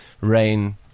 Rain